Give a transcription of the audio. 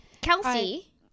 Kelsey